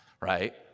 right